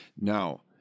now